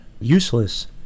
useless